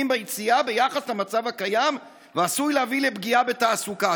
ביציאה ביחס למצב הקיים ועשוי להביא לפגיעה בתעסוקה".